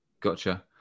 Gotcha